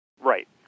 Right